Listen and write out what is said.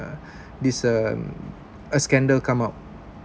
this um a scandal come out